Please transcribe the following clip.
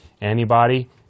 antibody